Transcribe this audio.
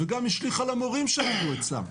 וגם השליך על המורים שלימדו אצלם.